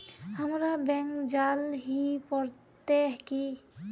हमरा बैंक जाल ही पड़ते की?